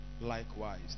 likewise